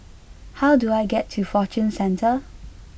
how do I get to Fortune Centre